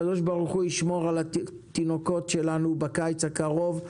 הקדוש ברוך הוא ישמור על התינוקות שלנו בקיץ הקרוב.